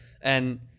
And-